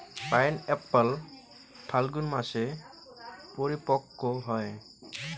pineapple ফাল্গুন মাসে পরিপক্ব হয়